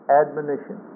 admonition